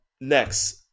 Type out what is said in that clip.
next